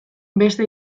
beste